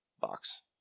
box